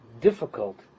difficult